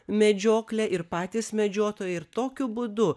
medžioklę ir patys medžiotojai ir tokiu būdu